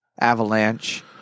avalanche